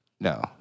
No